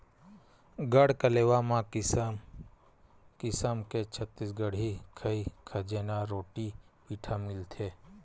गढ़कलेवा म किसम किसम के छत्तीसगढ़ी खई खजेना, रोटी पिठा मिलथे